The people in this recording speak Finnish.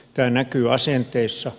tämä näkyy asenteissa